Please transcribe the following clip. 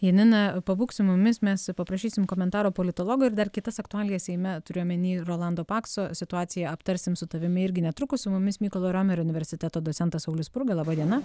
janina pabūk su mumis mes paprašysim komentaro politologo ir dar kitas aktualijas seime turiu omeny rolando pakso situaciją aptarsim su tavimi irgi netrukus su mumis mykolo romerio universiteto docentas saulius spurga laba diena